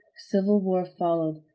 civil war followed.